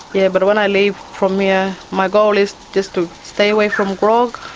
yeah but when i leave from here my goal is just to stay away from grog,